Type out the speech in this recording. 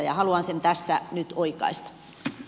haluan sen tässä nyt oikaista